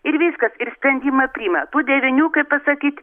ir viskas ir sprendimą priima tų devynių kaip pasakyt